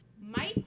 Mike